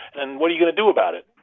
and what are you going to do about it?